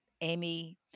Amy